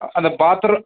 அந்த பாத்ரூம்